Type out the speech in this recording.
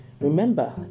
Remember